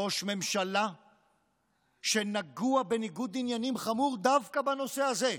ראש ממשלה שנגוע בניגוד עניינים חמור דווקא בנושא הזה.